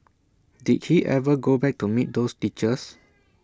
did he ever go back to meet those teachers